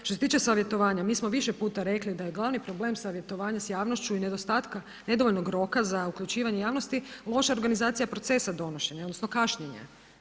Što se tiče savjetovanja, mi smo više puta rekli da je glavni problem savjetovanja s javnošću i nedostatka, nedovoljnog roka za uključivanje javnosti loša organizacija procesa donošenja, odnosno kašnjenje.